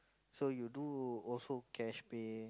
so you do also cash pay